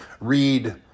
read